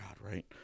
right